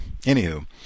Anywho